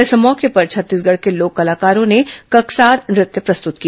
इस मौके पर छत्तीसगढ़ के लोक कलाकारों ने ककसार नृत्य प्रस्तुत किया